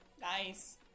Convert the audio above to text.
Nice